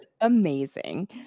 amazing